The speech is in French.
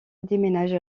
déménage